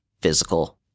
physical